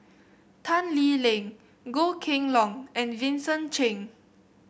Tan Lee Leng Goh Kheng Long and Vincent Cheng